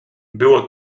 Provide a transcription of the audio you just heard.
było